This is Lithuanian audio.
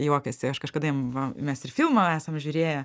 juokiasi aš kažkada jiem va mes ir filmą esam žiūrėję